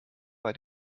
bei